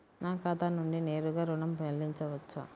నా ఖాతా నుండి నేరుగా ఋణం చెల్లించవచ్చా?